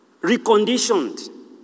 reconditioned